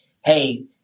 Hey